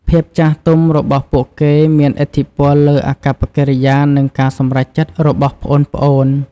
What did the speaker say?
ភាពចាស់ទុំរបស់ពួកគេមានឥទ្ធិពលលើអាកប្បកិរិយា និងការសម្រេចចិត្តរបស់ប្អូនៗ។